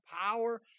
power